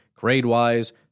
grade-wise